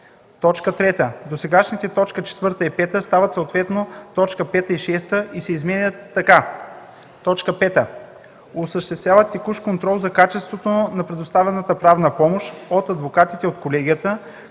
3;”. 3. Досегашните т. 4 и 5 стават съответно т. 5 и 6 и изменят така: „5. осъществяват текущ контрол за качеството на предоставената правна помощ от адвокатите от колегията,